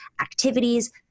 activities